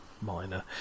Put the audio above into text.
minor